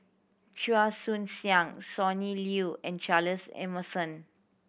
Chua Joon Siang Sonny Liew and Charles Emmerson